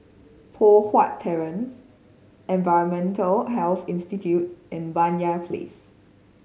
Poh Huat Terrace Environmental Health Institute and Banyan Place